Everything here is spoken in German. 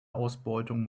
ausbeutung